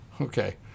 okay